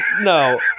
No